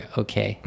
okay